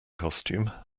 costume